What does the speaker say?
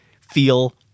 feel